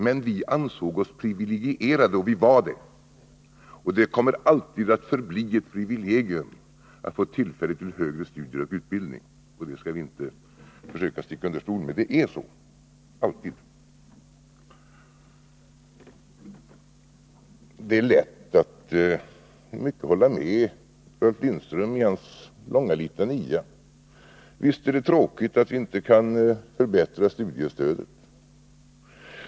Men vi ansåg oss privilegierade, och vi var det. Det kommer alltid att förbli ett privilegium att få tillfälle till högre studier och utbildning, och det skall vi inte försöka sticka under stol med. Det är alltid så. Det är lätt att i mycket hålla med Ralf Lindström i hans långa litania. Visst är det tråkigt att vi inte kan förbättra studiestödet.